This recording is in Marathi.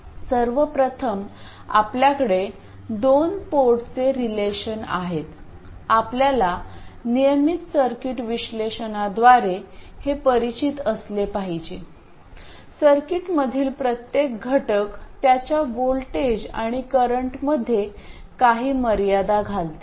सर्वप्रथम आपल्याकडे दोन पोर्टचे रिलेशन आहेत आपल्याला नियमित सर्किट विश्लेषणाद्वारे हे परिचित असले पाहिजे सर्किटमधील प्रत्येक घटक त्याच्या व्होल्टेज आणि करंटमध्ये काही मर्यादा घालते